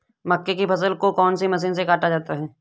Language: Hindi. मक्के की फसल को कौन सी मशीन से काटा जाता है?